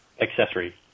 accessory